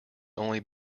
only